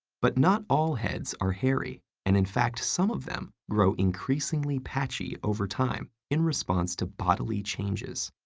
but not all heads are hairy, and, in fact, some of them grow increasingly patchy over time in response to bodily changes.